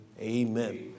amen